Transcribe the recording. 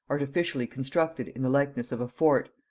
artificially constructed in the likeness of a fort,